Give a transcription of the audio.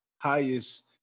highest